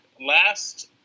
Last